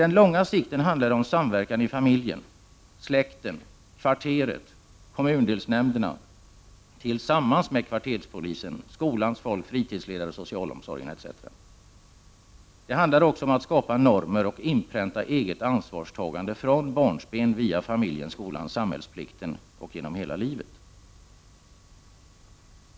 På lång sikt handlar det om samverkan i familjen, släkten, kvarteret och kommundelsnämnderna tillsammans med kvarterspolisen, skolans folk, fritidsledarna, socialomsorgen, etc. Det handlar också om att skapa normer och inpränta eget ansvarstagande från barnsben via familjen, skolan, samhällsplikten och genom hela livet.